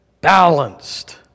balanced